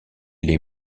les